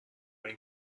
این